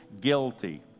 guilty